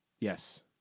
Yes